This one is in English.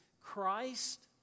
Christ